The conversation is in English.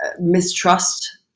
mistrust